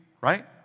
right